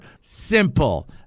simple